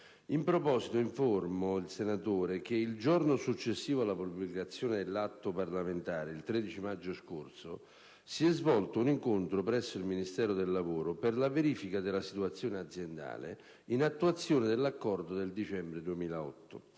In proposito, informo il senatore che il giorno successivo alla pubblicazione del presente atto parlamentare, il 13 maggio scorso, si è svolto un incontro presso il Ministero del lavoro per la verifica della situazione aziendale, in attuazione dell'accordo del dicembre 2008.